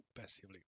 passively